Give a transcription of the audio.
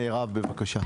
מירב, בבקשה.